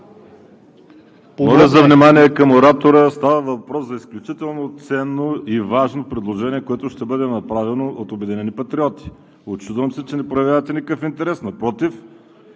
Моля за внимание към оратора! Става въпрос за изключително ценно и важно предложение, което ще бъде направено от „Обединени патриоти“. Учудвам се, че не проявявате никакъв интерес – напротив,